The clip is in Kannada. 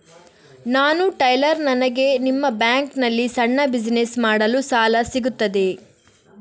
ನಾನು ಟೈಲರ್, ನನಗೆ ನಿಮ್ಮ ಬ್ಯಾಂಕ್ ನಲ್ಲಿ ಸಣ್ಣ ಬಿಸಿನೆಸ್ ಮಾಡಲು ಸಾಲ ಸಿಗುತ್ತದೆಯೇ?